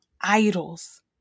idols